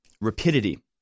rapidity